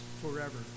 forever